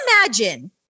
imagine